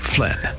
Flynn